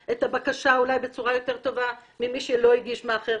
הבקשה בצורה יותר טובה ממי שלא הגיש דרך מאכער.